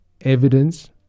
evidence